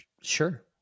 Sure